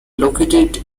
located